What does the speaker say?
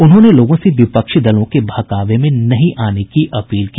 उन्होंने लोगों से विपक्षी दलों के बहकावे में नहीं आने की अपील की